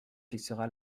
fixera